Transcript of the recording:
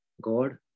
God